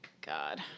God